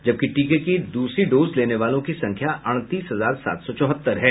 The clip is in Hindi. जबकि टीके की दूसरी डोज लेने वालों की संख्या अड़तीस हजार सात सौ चौहत्तर है